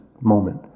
moment